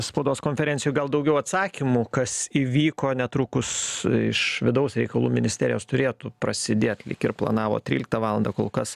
spaudos konferencijoj gal daugiau atsakymų kas įvyko netrukus iš vidaus reikalų ministerijos turėtų prasidėt lyg ir planavo tryliktą valandą kol kas